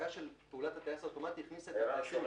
פעולת הטייס האוטומטי הכניסו את הטייסים